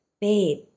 babe